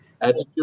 attitude